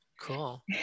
Cool